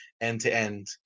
end-to-end